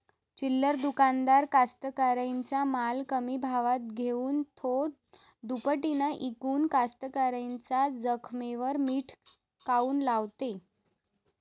चिल्लर दुकानदार कास्तकाराइच्या माल कमी भावात घेऊन थो दुपटीनं इकून कास्तकाराइच्या जखमेवर मीठ काऊन लावते?